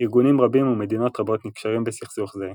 ארגונים רבים ומדינות רבות נקשרים בסכסוך זה,